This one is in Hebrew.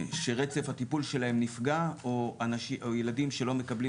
שרצף הטיפול שלהם נפגע או ילדים שלא מקבלים